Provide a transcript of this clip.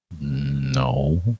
no